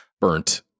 burnt